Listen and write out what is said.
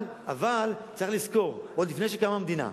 אבל צריך לזכור, עוד לפני שקמה המדינה,